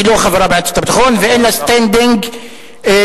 היא לא חברה במועצת הביטחון ואין לה סטנדינג להציע.